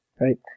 Right